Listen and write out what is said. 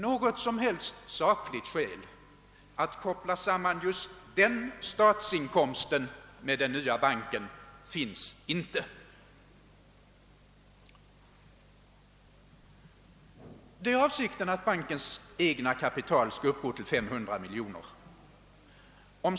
Något som helst sakligt skäl att koppla samman just den statsinkomsten med den nya banken finns inte. Det är avsikten att bankens egna kapital skall uppgå till 500 miljoner kronor.